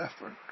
effort